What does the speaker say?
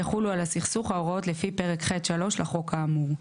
יחולו על הסכסוך ההוראות לפי פרק ח'3 לחוק האמור."